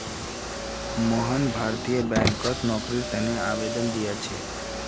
मोहन भारतीय बैंकत नौकरीर तने आवेदन दिया छे